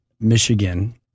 Michigan—